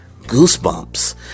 goosebumps